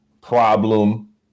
problem